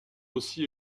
aussi